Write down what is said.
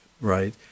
right